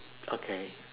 okay